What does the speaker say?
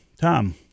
Tom